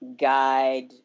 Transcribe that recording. guide